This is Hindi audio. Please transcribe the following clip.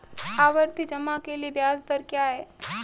आवर्ती जमा के लिए ब्याज दर क्या है?